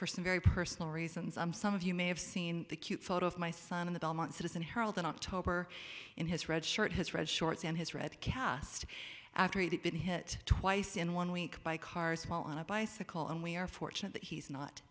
for some very personal reasons i'm some of you may have seen the cute photo of my son in the belmont citizen herald in october in his red shirt his red shorts and his red cast after he'd been hit twice in one week by cars while on a bicycle and we are fortunate that he's not